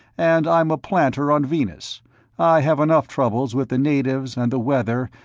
and i'm a planter on venus i have enough troubles, with the natives, and weather,